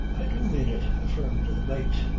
i do mean it, affirmed the mate,